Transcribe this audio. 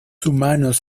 humanos